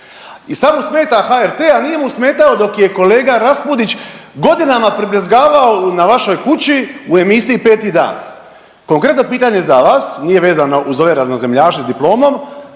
i sad mu smeta HRT, a nije mu smetao dok je kolega Raspudić godinama pribljezgavao na vašoj kući u emisiji „Peti dan“. Konkretno pitanje za vas, nije vezano uz ove ravnozemljaše s diplomom,